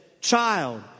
Child